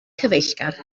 cyfeillgar